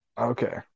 Okay